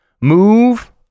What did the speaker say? move